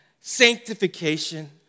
sanctification